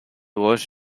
was